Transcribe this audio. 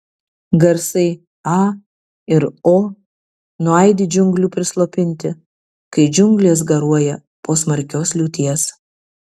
garsai a ir o nuaidi džiunglių prislopinti kai džiunglės garuoja po smarkios liūties